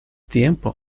tiempo